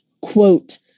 quote